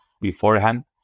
beforehand